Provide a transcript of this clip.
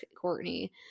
Courtney